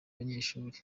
abanyeshuri